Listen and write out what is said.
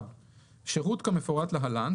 שירות כמפורט להלן,